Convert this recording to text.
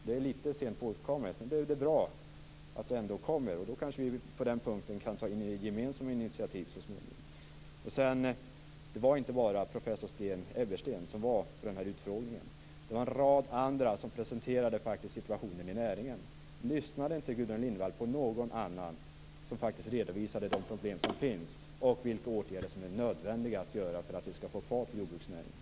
Det är lite sent påkommet, men det är ändå bra att detta har upptäckts. På den punkten kan vi kanske ta gemensamma initiativ så småningom. Det var vidare inte bara professor Sten Ebbersten som deltog på den här utfrågningen. Situationen i näringen presenterades faktiskt av en rad andra deltagare. Lyssnade inte Gudrun Lindvall på någon annan av dem som presenterade de problem som finns och vilka åtgärder som är nödvändiga för att vi skall få fart på jordbruksnäringen?